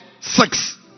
Six